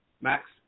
Max